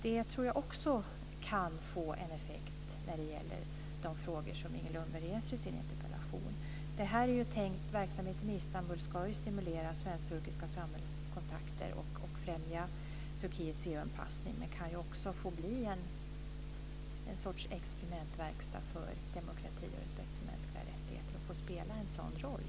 Det tror jag också kan få en effekt när det gäller de frågor som Inger Lundberg reser i sin interpellation. Verksamheten i Istanbul ska ju stimulera svensk-turkiska samhällskontakter och främja Turkiets EU-anpassning men kan ju också få bli en sorts experimentverkstad för demokrati och respekt för mänskliga rättigheter och få spela en sådan roll.